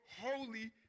Holy